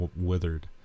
withered